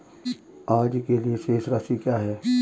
आज के लिए शेष राशि क्या है?